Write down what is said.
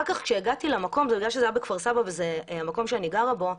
זה היה בכפר סבא, במקום בו אני מתגוררת.